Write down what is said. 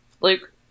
Luke